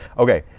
okay.